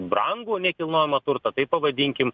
brangų nekilnojamą turtą taip pavadinkim